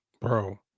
bro